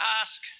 ask